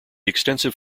extensive